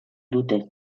dute